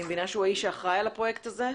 אני מבינה שהוא האיש האחראי לפרויקט הזה.